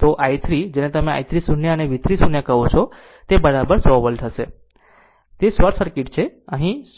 તો i 3 જેને તમે i 3 0 અને V 3 0 કહેશો તે બરાબર 100 વોલ્ટ હશે કારણ કે અહીં કંઈ નથી